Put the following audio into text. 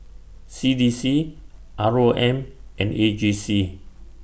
C D C R O M and A G C